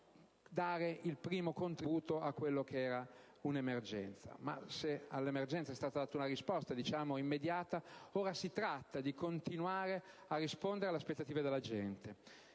dare il primo contributo a quella che era un'emergenza. Ma se all'emergenza è stata data una risposta, diciamo, immediata, ora si tratta di continuare a rispondere alle aspettative della gente.